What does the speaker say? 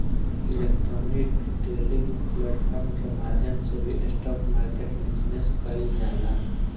electronic trading platform के माध्यम से भी स्टॉक मार्केट में निवेश कईल जाला